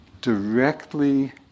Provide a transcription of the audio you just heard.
directly